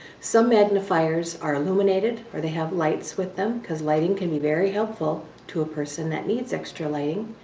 some magnifiers are illuminated, or they have lights with them, cause lighting can be very helpful to a person that needs extra lighting.